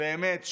באמת,